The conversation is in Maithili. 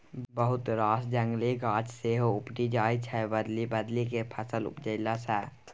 बहुत रास जंगली गाछ सेहो उपटि जाइ छै बदलि बदलि केँ फसल उपजेला सँ